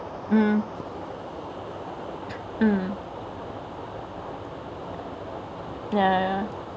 mm mm ya ya